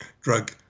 drug